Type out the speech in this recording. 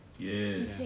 Yes